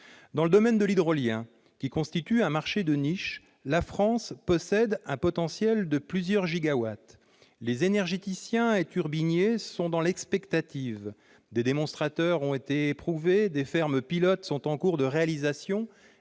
Dans le domaine de l'hydrolien, qui constitue un marché de niche, la France possède un potentiel de plusieurs gigawatts. Les énergéticiens et turbiniers sont dans l'expectative. Des démonstrateurs ont été éprouvés et des fermes-pilotes sont en cours de réalisation,